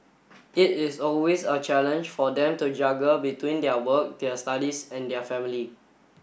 it is always a challenge for them to juggle between their work their studies and their family